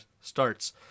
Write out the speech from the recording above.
starts